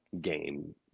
game